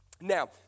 Now